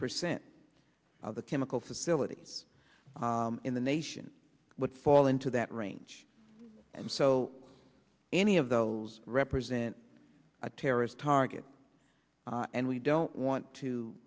percent of the chemical facilities in the nation would fall into that range and so any of those represent a terrorist target and we don't want to